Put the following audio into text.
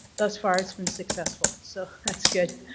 thus far, it's been successful, so that's good.